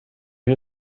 her